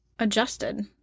adjusted